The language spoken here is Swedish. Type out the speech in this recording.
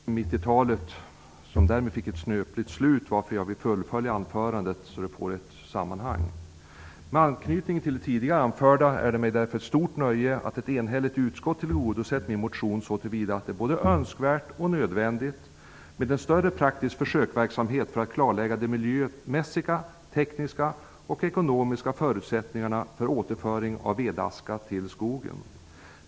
Herr talman! På grund av en felaktig tidtagning blev jag avbruten mitt i talet, som därmed fick ett snöpligt slut. Därför vill jag fullfölja anförandet, så att det blir ett sammanhang. Med anknytning till det tidigare anförda är det ett stort nöje för mig att ett enhälligt utskott har tillgodosett min motion, så till vida att man anser det både vara önskvärt och nödvändigt med en större praktisk försöksverksamhet för att klarlägga de miljömässiga, tekniska och ekonomiska förutsättningarna för återföring av vedaska till skogen.